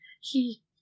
he-